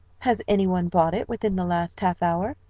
has any one bought it within the last half hour?